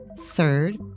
Third